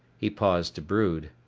he paused to brood.